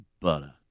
butter